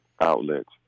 outlets